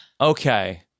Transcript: Okay